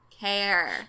care